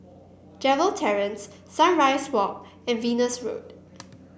Gerald Terrace Sunrise Walk and Venus Road